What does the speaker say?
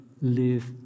live